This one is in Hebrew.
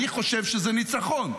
אני חושב שזה ניצחון.